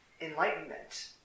enlightenment